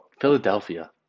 Philadelphia